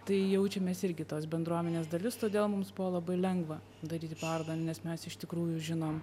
tai jaučiamės irgi tos bendruomenės dalis todėl mums buvo labai lengva daryti parodą nes mes iš tikrųjų žinom